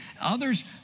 Others